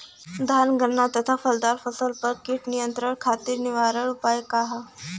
धान गन्ना तथा फलदार फसल पर कीट नियंत्रण खातीर निवारण उपाय का ह?